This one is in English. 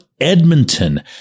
Edmonton